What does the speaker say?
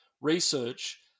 research